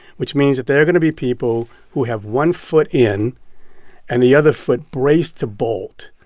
which means that there are going to be people who have one foot in and the other foot braced to bolt.